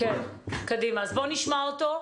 שלום.